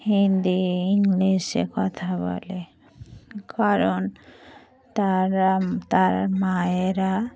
হিন্দি ইংলিশে কথা বলে কারণ তারা তার মায়েরা